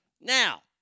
Now